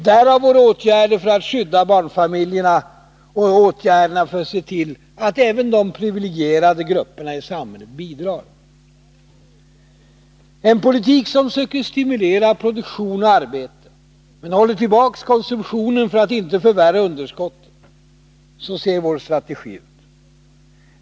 Därav våra åtgärder för att skydda barnfamiljerna och åtgärderna för att se till att även de privilegierade grupperna i samhället bidrar. En politik som söker stimulera produktion och arbete men håller tillbaka konsumtionen för att inte förvärra underskotten, så ser vår strategi ut.